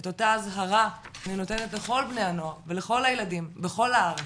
את אותה אזהרה אני נותנת לכל בני הנוער ולכל הילדים בכל הארץ,